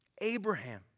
Abraham